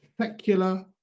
secular